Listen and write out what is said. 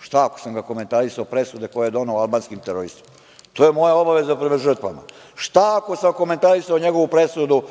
Šta ako sam ga komentarisao, presude koje je doneo o albanskim teroristima? To je moja obaveza prema žrtvama. Šta ako sam komentarisao njegovu presudu